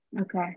Okay